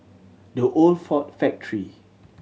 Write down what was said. The Old Ford Factory